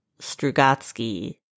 Strugatsky